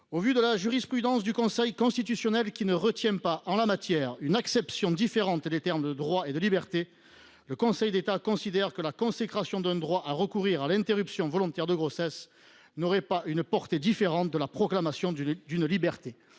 Au vu de la jurisprudence du Conseil constitutionnel qui ne retient pas, en la matière, une acception différente des termes de droit et de liberté, le Conseil d’État considère que la consécration d’un droit à recourir à l’interruption volontaire de grossesse n’aurait pas une portée différente de la proclamation d’une liberté.